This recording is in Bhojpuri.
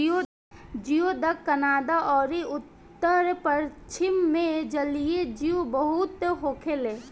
जियोडक कनाडा अउरी उत्तर पश्चिम मे जलीय जीव बहुत होखेले